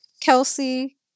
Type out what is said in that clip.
Kelsey